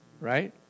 right